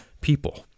people